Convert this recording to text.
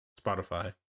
Spotify